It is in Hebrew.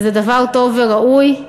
וזה דבר טוב וראוי.